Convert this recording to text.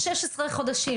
תחשבו לכם 16 חודשים.